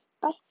bye